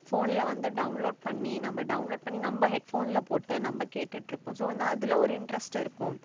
ஃபோனில் வந்து டவுன்லோட் பண்ணி நம்ம டவுன்லோட் பண்ணி நம்ம ஹெட்ஃபோனில் போட்டு நம்ம கேட்டுட்டுருப்போம் ஸோ வந்து அதில் ஒரு இன்ட்ரெஸ்ட்டு இருக்கும்